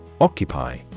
Occupy